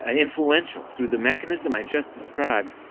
ah influential through the mechanism i just described,